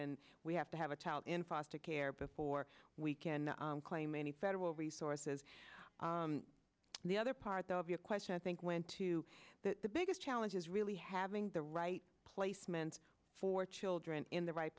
and we have to have a child in foster care before we can claim any federal resources and the other part of your question i think went to the biggest challenge is really having the right placements for children in the right